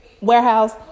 warehouse